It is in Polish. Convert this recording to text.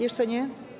Jeszcze nie?